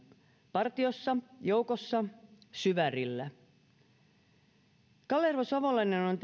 partiossa joukossa syvärillä kalervo savolainen on